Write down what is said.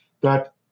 that-